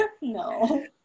no